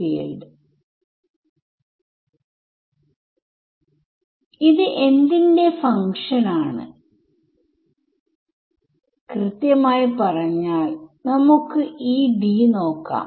ഈ ആൽഫപുറത്തേക്ക് വരും ഞാൻ നെ ക്യാൻസൽ ചെയ്യുകയാണ് എന്ന് പറയാം